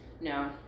No